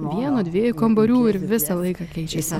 vieno dviejų kambarių ir visą laiką keičiasi